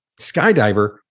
skydiver